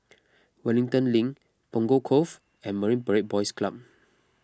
Wellington Link Punggol Cove and Marine Parade Boys Club